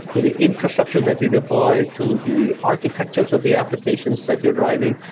to the infrastructure that you deploy, to the architectures of the applications that you're driving,